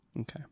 Okay